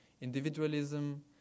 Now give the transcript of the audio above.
Individualism